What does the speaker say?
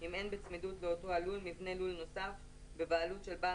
אם אין בצמידות לאותו הלול מבנה לול נוסף בבעלות של בעל